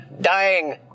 Dying